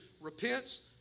repents